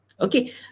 Okay